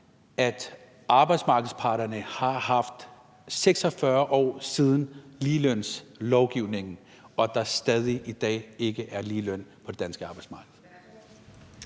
at arbejdsmarkedets parter har haft 46 år til det siden ligelønslovgivningen, og at der stadig i dag ikke er ligeløn på det danske arbejdsmarked?